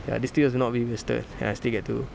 ya these two years will not be wasted and I'll still get to